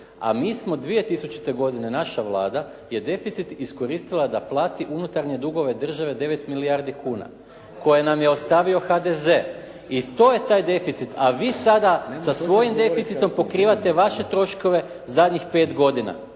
a mi smo 2000. godine naša Vlada je deficit iskoristila da plati unutarnje dugove države 9 milijardi kuna, koje nam je ostavio HDZ. I to je taj deficit i vi sada sa svojim deficitom pokrivate vaše troškove zadnjih pet godina.